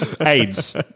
AIDS